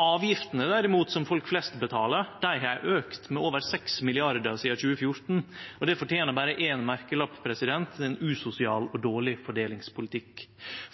Avgiftene derimot, som folk flest betaler, har auka med over 6 mrd. kr sidan 2014. Det fortener berre éin merkelapp: ein usosial og dårleg fordelingspolitikk.